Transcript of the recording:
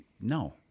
no